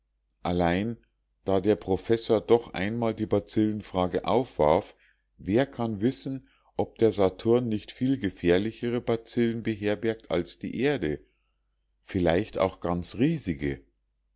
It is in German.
allein da der professor doch einmal die bazillenfrage aufwarf wer kann wissen ob der saturn nicht viel gefährlichere bazillen beherbergt als die erde vielleicht auch ganz riesige